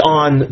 on